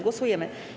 Głosujemy.